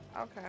Okay